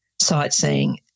sightseeing